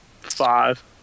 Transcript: Five